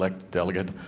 like delegate.